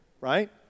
Right